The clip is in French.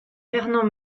fernand